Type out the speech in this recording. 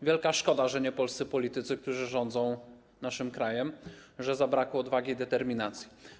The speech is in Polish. Wielka szkoda, że nie polscy politycy, którzy rządzą naszym krajem, że zabrakło odwagi i determinacji.